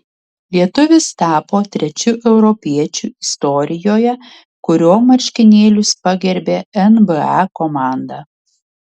lietuvis tapo trečiu europiečiu istorijoje kurio marškinėlius pagerbė nba komanda